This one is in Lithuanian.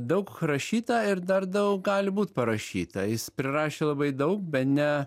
daug rašyta ir dar daug gali būt parašyta jis prirašė labai daug bene